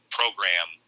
program